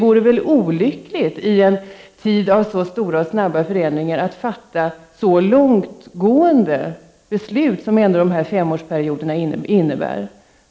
I en tid av så stora och snabba förändringar vore det olyckligt att fatta så långtgående beslut som dessa femårsperioder medför.